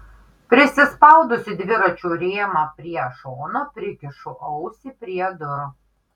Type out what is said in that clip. prisispaudusi dviračio rėmą prie šono prikišu ausį prie durų